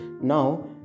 Now